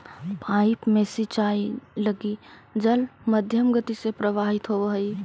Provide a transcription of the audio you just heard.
pipe में सिंचाई लगी जल मध्यम गति से प्रवाहित होवऽ हइ